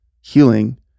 healing